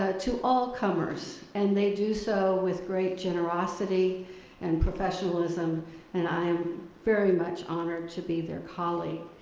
ah to all comers and they do so with great generosity and professionalism and i am very much honored to be their colleague.